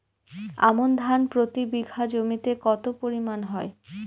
আমন ধান প্রতি বিঘা জমিতে কতো পরিমাণ হয়?